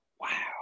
Wow